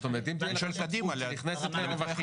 זאת אומרת אם תהיה שותפות שנכנסת לרווחים